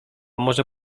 może